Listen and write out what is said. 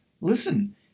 listen